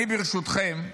אני, ברשותכם,